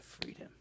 freedom